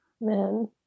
Man